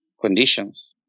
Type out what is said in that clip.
conditions